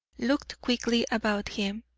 looked quickly about him.